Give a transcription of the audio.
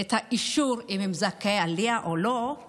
את האישור אם הם זכאי עלייה או לא זה